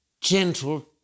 gentle